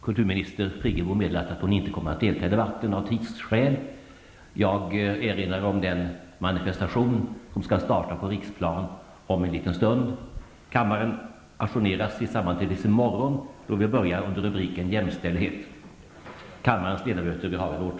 Kulturminister Birgit Friggebo har meddelat att hon av tidsskäl inte kommer att delta i debatten. Jag erinrar om den manifestation som skall starta på Riksplan om en liten stund. Kammaren ajournerar sitt sammanträde till i morgon, då vi börjar under rubriken Jämställdhet.